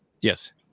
yes